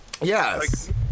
Yes